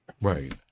Right